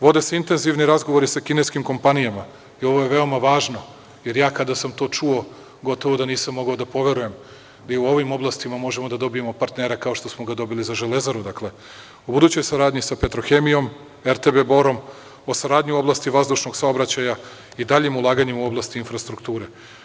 Vode se intenzivni razgovori sa kineskim kompanijama, i ovo je veoma važno jer kada sam to čuo gotovo da nisam mogao da poverujem, i u ovim oblastima možemo da dobijemo partnera kao što smo ga dobili za „Železaru“, o budućoj saradnji sa „Petrohemijom“, RTB „Bor“, o saradnji u oblasti vazdušnog saobraćaja i daljem ulaganju u oblast infrastrukture.